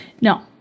No